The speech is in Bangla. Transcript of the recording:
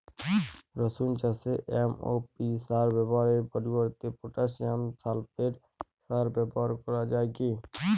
রসুন চাষে এম.ও.পি সার ব্যবহারের পরিবর্তে পটাসিয়াম সালফেট সার ব্যাবহার করা যায় কি?